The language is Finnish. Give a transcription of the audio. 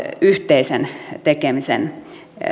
yhteisen tekemisen